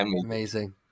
amazing